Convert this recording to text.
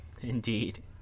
Indeed